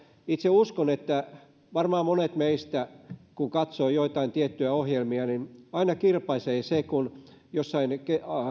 itse uskon että varmaan monia meistä kun katsomme joitain tiettyjä ohjelmia aina kirpaisee se kun